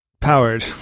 Powered